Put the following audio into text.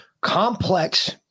complex